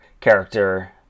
character